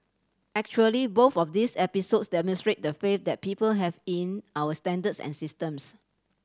actually both of these episodes demonstrate the faith that people have in our standards and systems